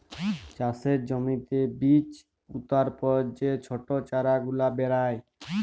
চাষের জ্যমিতে বীজ পুতার পর যে ছট চারা গুলা বেরয়